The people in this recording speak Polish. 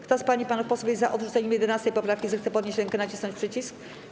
Kto z pań i panów posłów jest za odrzuceniem 11. poprawki, zechce podnieść rękę i nacisnąć przycisk.